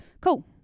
Cool